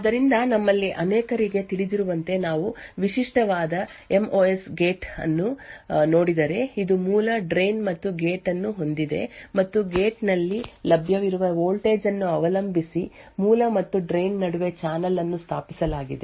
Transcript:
ಆದ್ದರಿಂದ ನಮ್ಮಲ್ಲಿ ಅನೇಕರಿಗೆ ತಿಳಿದಿರುವಂತೆ ನಾವು ವಿಶಿಷ್ಟವಾದ ಎಂ ಓ ಎಸ್ ಗೇಟ್ ಅನ್ನು ನೋಡಿದರೆ ಅದು ಮೂಲ ಡ್ರೈನ್ ಮತ್ತು ಗೇಟ್ ಅನ್ನು ಹೊಂದಿದೆ ಮತ್ತು ಗೇಟ್ ನಲ್ಲಿ ಲಭ್ಯವಿರುವ ವೋಲ್ಟೇಜ್ ಅನ್ನು ಅವಲಂಬಿಸಿ ಮೂಲ ಮತ್ತು ಡ್ರೈನ್ ನಡುವೆ ಚಾನಲ್ ಅನ್ನು ಸ್ಥಾಪಿಸಲಾಗಿದೆ